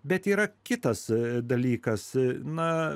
bet yra kitas dalykas na